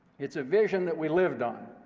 it's a vision that we lived on.